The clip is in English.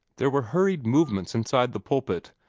there were hurried movements inside the pulpit,